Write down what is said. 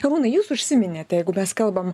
arūnai jūs užsiminėte jeigu mes kalbam